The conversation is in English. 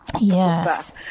Yes